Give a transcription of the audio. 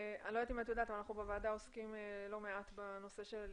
אנחנו בוועדה עוסקים הרבה בנושא של